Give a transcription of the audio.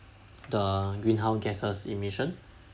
the greenhouse gases emission